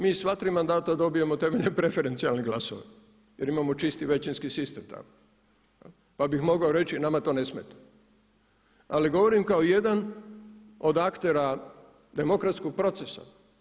Mi sva tri mandata dobijemo temeljem preferencijalnih glasova jer imamo čisti većinski sistem tako, pa bih mogao reći nama to ne smeta, ali govorim kao jedan od aktera demokratskog procesa.